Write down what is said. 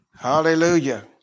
Hallelujah